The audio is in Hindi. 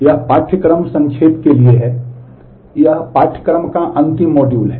यह पाठ्यक्रम संक्षेप के लिए है यह पाठ्यक्रम का अंतिम मॉड्यूल है